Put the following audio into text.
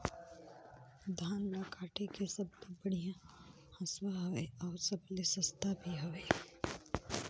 धान ल काटे के सबले बढ़िया हंसुवा हवये? अउ सबले सस्ता भी हवे?